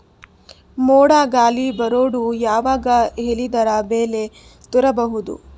ಮೋಡ ಗಾಳಿ ಬರೋದು ಯಾವಾಗ ಹೇಳಿದರ ಬೆಳೆ ತುರಬಹುದು?